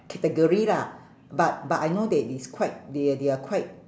category lah but but I know that is quite they're they're quite